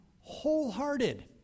wholehearted